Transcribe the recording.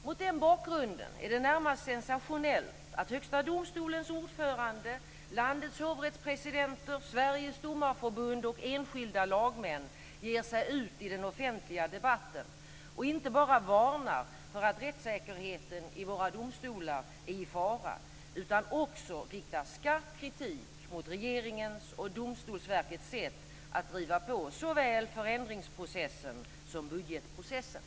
Mot den bakgrunden är det närmast sensationellt att Högsta domstolens ordförande, landets hovrättspresidenter, Sveriges domarförbund och enskilda lagmän ger sig ut i den offentliga debatten och inte bara varnar för att rättssäkerheten i våra domstolar är i fara, utan också riktar skarp kritik mot regeringens och Domstolsverkets sätt att driva på såväl förändringsprocessen som budgetprocessen.